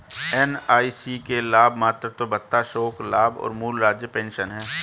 NIC के लाभ मातृत्व भत्ता, शोक लाभ और मूल राज्य पेंशन हैं